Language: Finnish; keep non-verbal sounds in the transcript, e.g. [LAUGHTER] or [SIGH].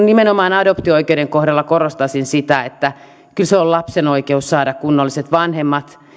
[UNINTELLIGIBLE] nimenomaan adoptio oikeuden kohdalla korostaisin sitä että kyllä siinä on se lapsen oikeus saada kunnolliset vanhemmat